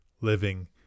living